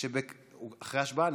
אחרי ההשבעה,